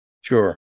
Sure